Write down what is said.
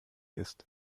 ist